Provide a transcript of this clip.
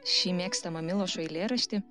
šį mėgstamą milošo eilėraštį